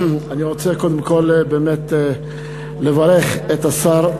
אני רוצה קודם כול לברך את השר,